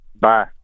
Bye